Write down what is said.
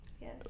Yes